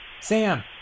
Sam